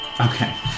Okay